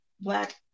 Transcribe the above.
black